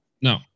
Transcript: No